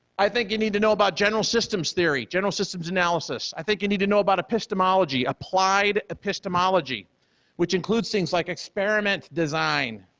i think you need to know about general systems theory, general systems analysis. i think you need to know about epistemology, applied epistemology which includes things like experiment design,